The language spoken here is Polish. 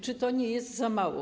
Czy to nie jest za mało?